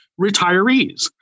retirees